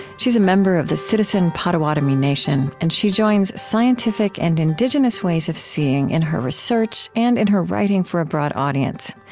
she's a member of the citizen potawatomi nation, and she joins scientific and indigenous ways of seeing in her research and in her writing for a broad audience.